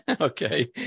Okay